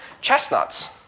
chestnuts